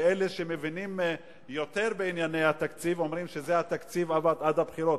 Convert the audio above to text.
ואלה שמבינים יותר בענייני התקציב אומרים שזה התקציב עד הבחירות.